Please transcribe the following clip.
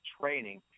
training